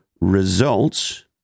Results